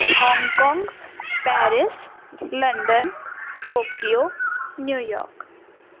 Hong Kong Paris London Tokyo New York